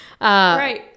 right